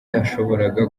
yashoboraga